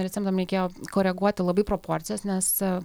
receptam reikėjo koreguoti labai proporcijas nes